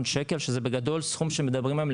שקלים שזה בגדול סכום שמדברים עליו,